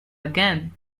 again